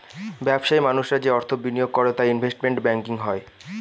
ব্যবসায়ী মানুষরা যে অর্থ বিনিয়োগ করে তা ইনভেস্টমেন্ট ব্যাঙ্কিং হয়